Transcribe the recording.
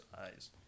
eyes